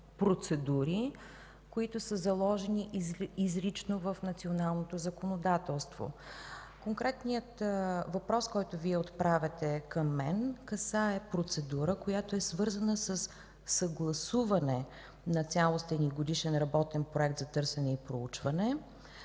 процедури, които са заложени изрично в националното законодателство. Конкретният въпрос, който Вие отправяте към мен, касае процедура, свързана със съгласуване на цялостен годишен работен проект за търсене и проучване,